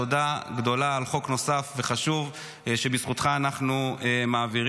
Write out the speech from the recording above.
תודה גדולה על חוק נוסף וחשוב שבזכותך אנחנו מעבירים.